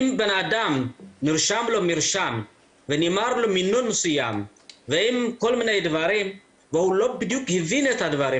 ואין בן אדם מבוגר שמכיר את החוקים והנהלים בחברה ובעסקים,